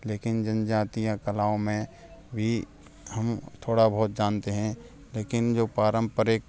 लेकिन जनजातियाँ कलाओं में भी हम थोड़ा बहुत जानते हैं लेकिन जो पारम्परिक